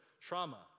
trauma